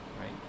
right